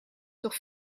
toch